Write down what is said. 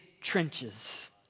trenches